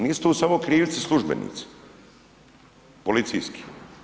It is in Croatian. Nisu tu samo krivci službenici policijski.